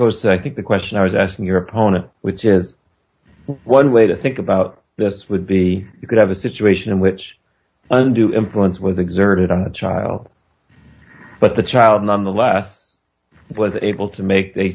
because i think the question i was asking your opponent which is one way to think about this would be you could have a situation in which undue influence was exerted on the trial but the child nonetheless was able to make